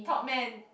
Top Men